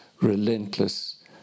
relentless